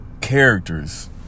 Characters